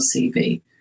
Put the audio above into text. CV